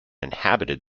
inhabited